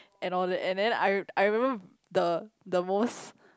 and all that and then I I remember the the most